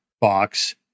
box